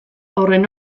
horren